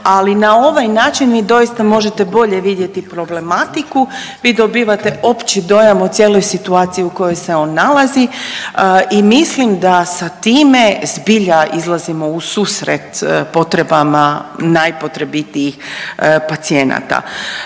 ali na ovaj način vi doista možete bolje vidjeti problematiku, vi dobivate opći dojam o cijeloj situaciji o kojoj se on nalazi i mislim da sa time zbilja izrazimo u susret potrebama najpotrebitijih pacijenata.